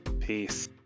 Peace